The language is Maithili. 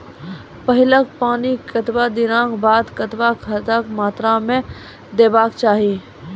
पहिल पानिक कतबा दिनऽक बाद कतबा खादक मात्रा देबाक चाही?